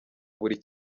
buri